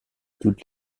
toutes